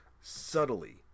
subtly